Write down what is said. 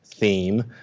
theme